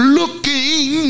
looking